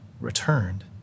returned